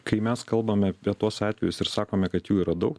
kai mes kalbame apie tuos atvejus ir sakome kad jų yra daug